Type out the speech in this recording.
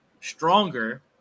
stronger